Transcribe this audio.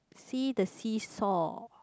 see the see-saw